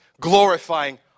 glorifying